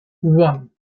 one